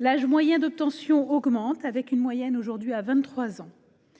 l'âge moyen d'obtention augmente ; il est aujourd'hui de 23 ans.